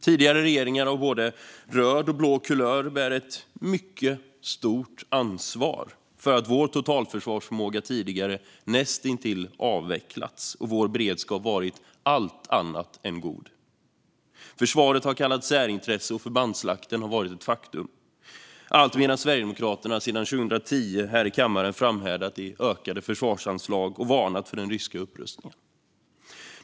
Tidigare regeringar av både röd och blå kulör bär ett mycket stort ansvar för att vår totalförsvarsförmåga tidigare näst intill avvecklats och för att vår beredskap har varit allt annat än god. Försvaret har kallats särintresse, och förbandsslakten har varit ett faktum. Samtidigt har Sverigedemokraterna sedan 2010 här i kammaren framhärdat i fråga om ökade försvarsanslag och varnat för den ryska upprustningen.